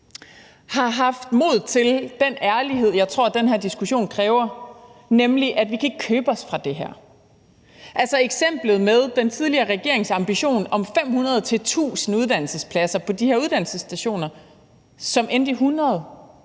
har haft mod til den ærlighed, jeg tror den her diskussion kræver, nemlig at vi ikke kan købe os fra det her. Altså, eksemplet med den tidligere regerings ambition om 500-1.000 uddannelsespladser på de her uddannelsesstationer, som endte i